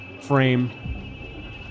frame